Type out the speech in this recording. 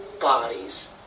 bodies